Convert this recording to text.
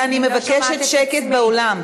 אני מסכימה.